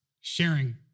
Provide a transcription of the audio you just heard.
sharing